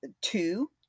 Two